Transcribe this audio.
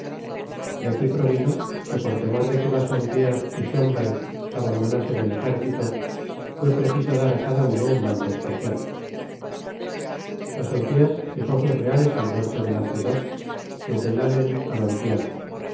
de aquí provino que por temor de que bassompierre y schomberg abandonasen el ejército fué preciso dar á cada uno un mando especial bassompierre fijó sus reales al norte de la ciudad desde lalen á